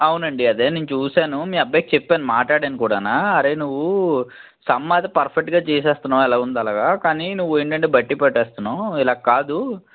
అవునండి అదే నేను చూసాను మీ అబ్బాయికి చెప్పాను మాటాడాను కూడానా అరే నువ్వు సమ్ అది పర్ఫెక్ట్గా చేసేస్తన్నావు ఎలా ఉందో అలాగా కానీ నువ్వు ఏంటంటే బట్టీ పట్టేస్తున్నావు ఇలా కాదు